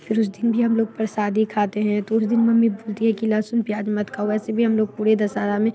फिर उस दिन भी हम लोग प्रसादी खाते हैं तो उस दिन मम्मी बोलती है कि लहसुन प्याज़ मत खाओ वैसे भी हम लोग पूरी दससहरा में